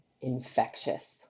infectious